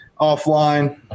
offline